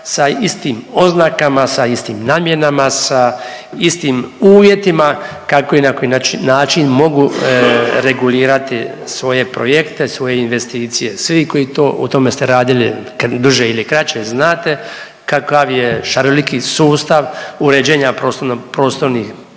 sa istim oznakama, sa istim namjenama, sa istim uvjetima kako i na koji način mogu regulirati svoje projekte, svoje investicije. Svi koji to u tome ste radili duže ili kraće znate kakav je šaroliki sustav uređenja prostornih